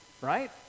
right